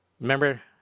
Remember